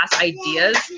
ideas